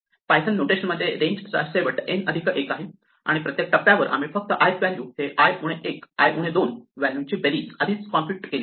Python नोटेशनमध्ये range चा शेवट n अधिक 1 आहे आणि प्रत्येक टप्प्यावर आम्ही फक्त ith व्हॅल्यू हे i उणे 1 i उणे 2 व्हॅल्यूची बेरीज आधीच कॉम्प्युट केली आहे